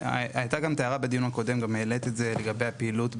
גם בדיון הקודם העלית את זה לגבי הפעילות,